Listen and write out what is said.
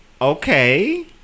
Okay